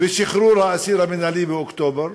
ושחרור האסיר המינהלי באוקטובר,